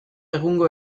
egungo